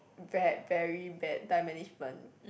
bad very bad time management